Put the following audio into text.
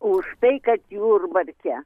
už tai kad jurbarke